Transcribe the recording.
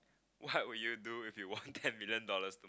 what would you do if you won ten million dollars